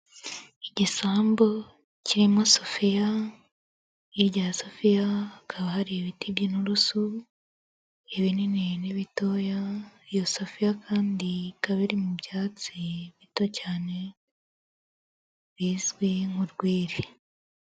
Igisambu cyirimo Sofiya, hirya Sofiya hakaba hari ibiti by'inturusu, ibinini ni bitoya, iyo Sofiya kandi ikaba mu byatsi bito cyane bizwi nk'urwiri.